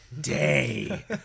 day